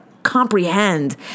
comprehend